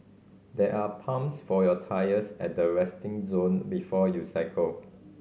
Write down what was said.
there are pumps for your tyres at the resting zone before you cycle